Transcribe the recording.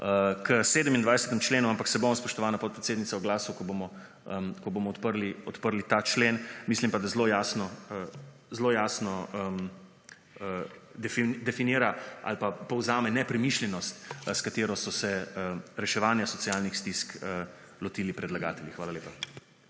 k 27. členu, ampak se bom, spoštovana podpredsednica, oglasil, ko bomo odprli ta člen. Mislim pa, da zelo jasno definira ali pa povzame nepremišljenost, s katero so se reševanja socialnih stisk lotili predlagatelji. Hvala lepa.